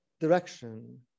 direction